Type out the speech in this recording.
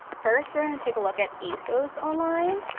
first we're gonna take a look at asos online.